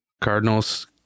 Cardinals